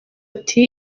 ati